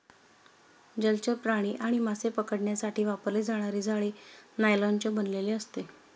जलचर प्राणी आणि मासे पकडण्यासाठी वापरले जाणारे जाळे नायलॉनचे बनलेले असते